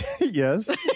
Yes